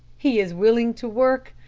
he is willing to work,